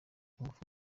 ingufu